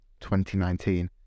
2019